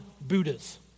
Buddhas